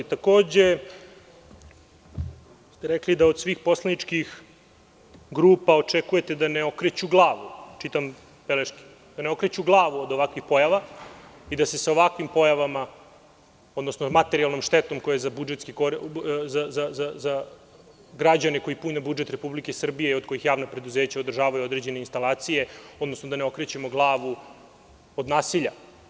Takođe, rekli ste da od svih poslaničkih grupa očekujete da ne okreću glavu, čitam beleške, da ne okreću glavu od ovakvih pojava i da se sa ovakvim pojavama, odnosno materijalnom štetom koja je za građane koji pune budžet Republike Srbije, od kojih javna preduzeća održavaju određene instalacije, odnosno da ne okrećemo glavu od nasilja.